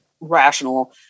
rational